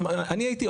אני הייתי,